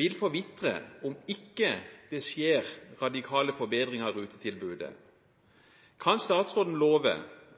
vil forvitre om det ikke skjer vesentlige forbedringer av rutetilbudet. NSB har vurdert inntektspotensialet for ruteendringen som stort. Kan statsråden love